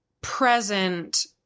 present